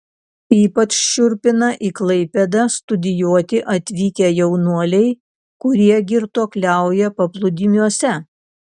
ypač šiurpina į klaipėdą studijuoti atvykę jaunuoliai kurie girtuokliauja paplūdimiuose